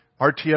RTS